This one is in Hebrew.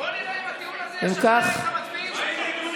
בוא נראה אם הטיעון הזה ישכנע את המצביעים שלך.